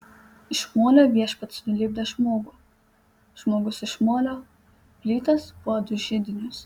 iš molio viešpats nulipdė žmogų žmogus iš molio plytas puodus židinius